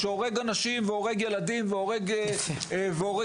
שהורג אנשים והורג ילדים והורג מבוגרים,